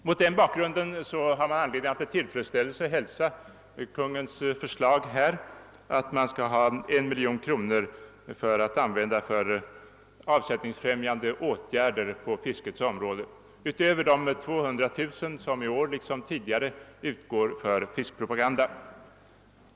Mot den bakgrunden har man anledning att med tillfredsställelse hälsa Kungl. Maj:ts förslag här, att 1 miljon kronor skall användas för avsättningsfrämjande åtgärder på fiskets område utöver de 200 000 kronor, som i år liksom tidigare utgår för fiskpropaganda.